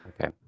Okay